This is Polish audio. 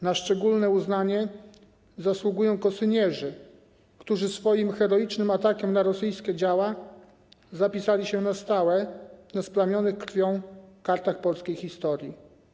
Na szczególne uznanie zasługują kosynierzy, którzy swoim heroicznym atakiem na rosyjskie działa zapisali się na stałe na splamionych krwią kartach polskiej historii.